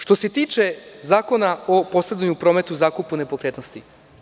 Što se tiče Zakona o posredovanju i prometu zakupa nepokretnosti.